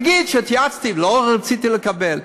תגיד שהתייעצתי ולא רציתי לקבל,